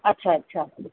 अच्छा अच्छा